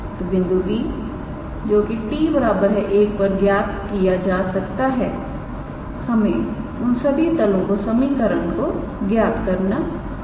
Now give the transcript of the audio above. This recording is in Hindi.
तो बिंदु P जोकि 𝑡 1 पर ज्ञात किया जा सकता है हमें उन सभी तलों की समीकरण को ज्ञात करना होगा